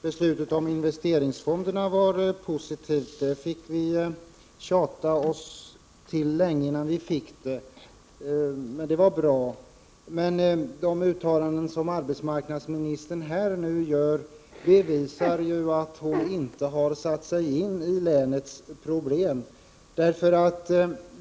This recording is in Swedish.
Herr talman! Beslutet om investeringsfonderna var positivt. Visserligen fick vi tjata länge innan vi fick dem, men beslutet var bra. Däremot bevisar de uttalanden som arbetsmarknadsministern nu gör att honinte har satt sig in i länets problem.